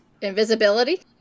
Invisibility